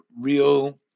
real